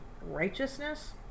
righteousness